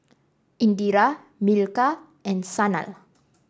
Indira Milkha and Sanal